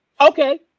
okay